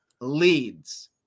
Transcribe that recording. leads